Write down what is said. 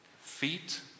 feet